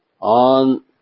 on